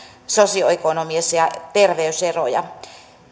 sosioekonomisia terveyseroja